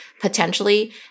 potentially